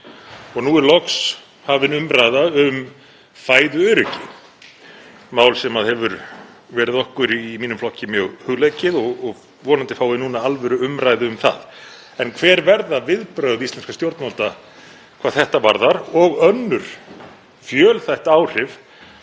og nú er loks hafin umræða um fæðuöryggi, mál sem hefur verið okkur í mínum flokki mjög hugleikið. Vonandi fáum við núna alvöruumræðu um það. Hver verða viðbrögð íslenskra stjórnvalda hvað þetta varðar og önnur fjölþætt áhrif